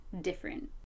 different